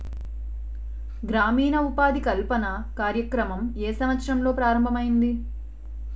గ్రామీణ ఉపాధి కల్పన కార్యక్రమం ఏ సంవత్సరంలో ప్రారంభం ఐయ్యింది?